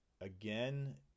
again